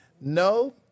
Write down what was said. No